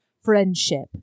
friendship